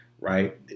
right